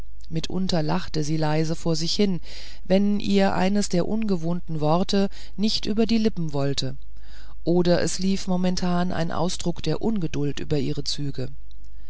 mitunter lachte sie leise vor sich hin wenn ihr eines der ungewohnten worte nicht über die lippen wollte oder es lief momentan ein ausdruck der ungeduld über ihre züge